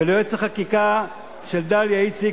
וליועץ החקיקה של דליה איציק,